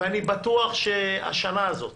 ואני בטוח שהשנה הזאת